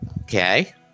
Okay